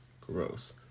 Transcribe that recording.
Gross